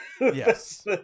yes